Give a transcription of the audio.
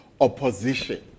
opposition